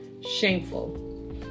Shameful